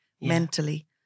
mentally